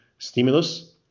Stimulus